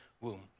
womb